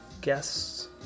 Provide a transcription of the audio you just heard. guests